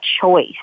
choice